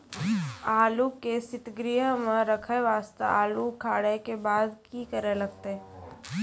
आलू के सीतगृह मे रखे वास्ते आलू उखारे के बाद की करे लगतै?